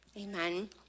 Amen